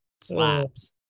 Slaps